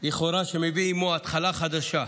המביא עימו התחלה חדשה.